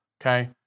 okay